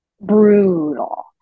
Brutal